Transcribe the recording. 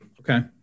Okay